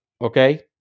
Okay